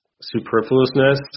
superfluousness